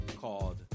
Called